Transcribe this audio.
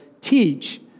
teach